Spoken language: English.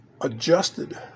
adjusted